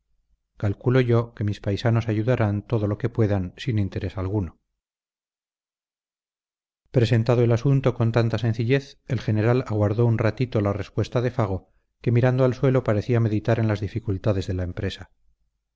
calculo yo que mis paisanos ayudarán todo lo que puedan sin interés alguno presentado el asunto con tanta sencillez el general aguardó un ratito la respuesta de fago que mirando al suelo parecía meditar en las dificultades de la empresa